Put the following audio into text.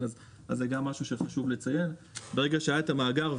ברגע שהיה את המאגר,